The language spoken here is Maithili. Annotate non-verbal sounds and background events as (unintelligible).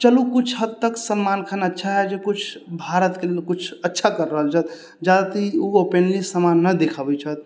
चलू किछु हद तक सलमान खान अच्छा हइ जे किछु भारतके लेल किछु अच्छा कर रहल छथि (unintelligible) ओ ओपेनली सम्मान नहि देखाबैत छथि